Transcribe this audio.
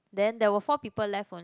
then there were four people left only